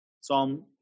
Psalm